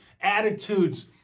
attitudes